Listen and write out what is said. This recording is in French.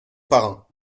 parrain